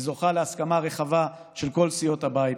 זוכה להסכמה רחבה של כל סיעות הבית.